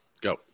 Go